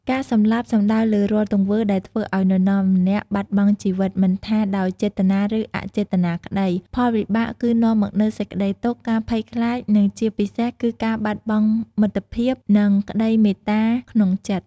ការសម្លាប់ សំដៅលើរាល់ទង្វើដែលធ្វើឲ្យនរណាម្នាក់បាត់បង់ជីវិត មិនថាដោយចេតនា ឬអចេតនាក្តី ផលវិបាកគឺនាំមកនូវសេចក្តីទុក្ខ ការភ័យខ្លាច និងជាពិសេសគឺការបាត់បង់មិត្តភាព និងក្តីមេត្តាក្នុងចិត្ត។